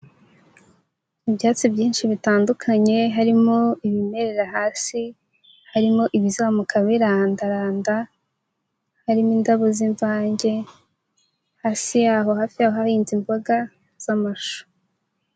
Ibyatsi byinshi bitandukanye harimo ibimerera hasi, harimo ibizamuka birandaranda, harimo indabo z'imvange, hasi yaho hafi yaho hahinze imboga z'amashu.